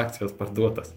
akcijos parduotos